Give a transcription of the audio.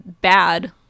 bad